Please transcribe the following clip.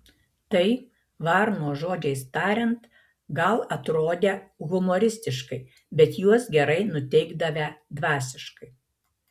tai varno žodžiais tariant gal atrodę humoristiškai bet juos gerai nuteikdavę dvasiškai